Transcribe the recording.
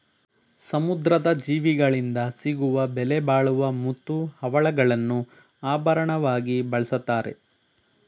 ಸಮುದ್ರದ ಜೀವಿಗಳಿಂದ ಸಿಗುವ ಬೆಲೆಬಾಳುವ ಮುತ್ತು, ಹವಳಗಳನ್ನು ಆಭರಣವಾಗಿ ಬಳ್ಸತ್ತರೆ